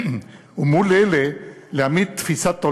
ומול אלה להעמיד תפיסת עולם,